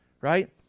right